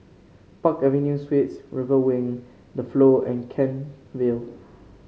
Park Avenue Suites River Wing The Flow and Kent Vale